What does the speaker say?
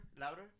louder